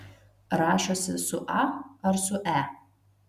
rašosi su a ar su e